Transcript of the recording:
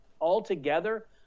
altogether